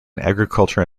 agriculture